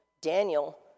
Daniel